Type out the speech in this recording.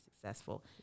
successful